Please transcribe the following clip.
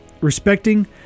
Respecting